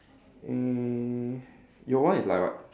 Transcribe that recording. mm your one is like what